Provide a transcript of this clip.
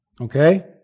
Okay